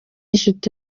nshuti